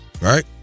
Right